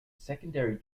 secondary